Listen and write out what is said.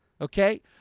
Okay